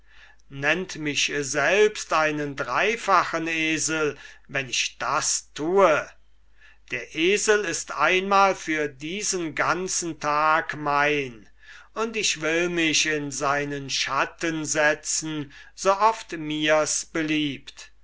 nennt mich selbst einen dreidoppelten esel wenn ich das tue der esel ist einmal für diesen ganzen tag mein und ich will mich in seinen schatten setzen so oft mirs beliebt